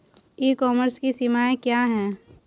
ई commerce की सीमाएं क्या हैं?